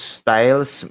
styles